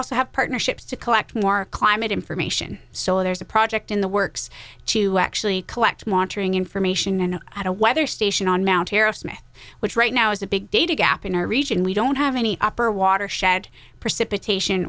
also have partnerships to collect more climate information so there's a project in the works to actually collect monitoring information and out of weather station on mt arrowsmith which right now is a big data gap in our region we don't have any upper watershed precipitation